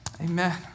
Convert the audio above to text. Amen